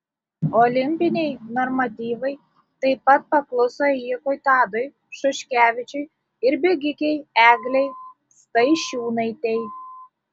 olimpiniai normatyvai taip pat pakluso ėjikui tadui šuškevičiui ir bėgikei eglei staišiūnaitei